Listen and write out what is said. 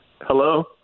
Hello